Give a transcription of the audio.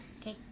Okay